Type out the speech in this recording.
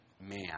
man